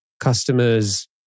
customers